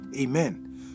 amen